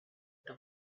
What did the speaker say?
the